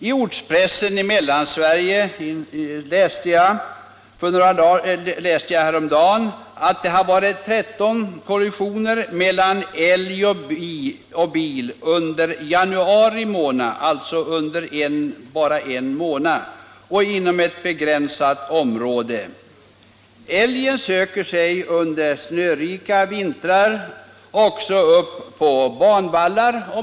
I ortspressen på en plats i Mellansverige läste jag häromdagen att det har varit 13 kollisioner mellan älg och bil under januari månad — alltså under bara en månad och inom ett begränsat område. Älgen söker sig under snörika vintrar också upp på våra banvallar.